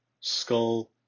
skull